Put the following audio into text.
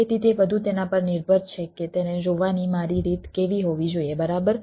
તેથી તે બધું તેના પર નિર્ભર છે કે તેને જોવાની મારી રીત કેવી હોવી જોઈએ બરાબર